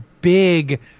big